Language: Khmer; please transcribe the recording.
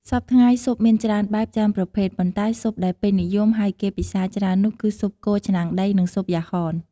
សព្វថ្ងៃ ស៊ុបមានច្រើនបែប ច្រើនប្រភេទ ប៉ុន្តែស៊ុបដែលពេញនិយម ហើយគេពិសាច្រើននោះគឺស៊ុបគោឆ្នាំងដី និងស៊ុបយ៉ាហន។